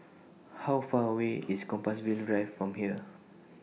How Far away IS Compassvale Drive from here